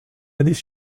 années